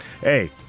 hey